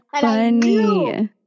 funny